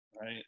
Right